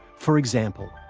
for example,